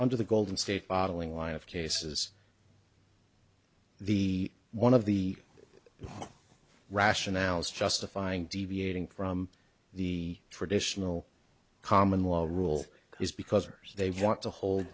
under the golden state bottling line of cases the one of the rationales justifying deviating from the traditional common law rule is because they want to hold